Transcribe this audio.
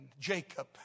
Jacob